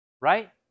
Right